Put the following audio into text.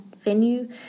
venue